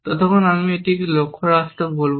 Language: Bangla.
ততক্ষণ আমি এটিকে একটি লক্ষ্য রাষ্ট্র বলব